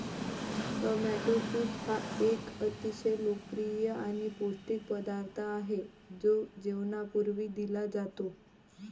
tomato soup हा एक अतिशय लोकप्रिय आणि पौष्टिक पदार्थ आहे जो जेवणापूर्वी दिला जातो